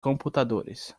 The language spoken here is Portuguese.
computadores